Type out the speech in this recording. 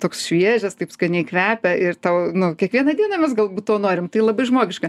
toks šviežias taip skaniai kvepia ir tau nu kiekvieną dieną mes galbūt to norim tai labai žmogiška